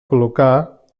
col·locar